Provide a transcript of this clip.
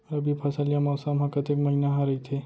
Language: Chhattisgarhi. रबि फसल या मौसम हा कतेक महिना हा रहिथे?